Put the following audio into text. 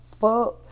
fuck